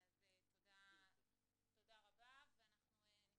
אבל אני באה כי אני